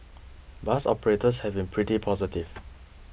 bus operators have been pretty positive